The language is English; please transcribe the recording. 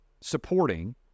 supporting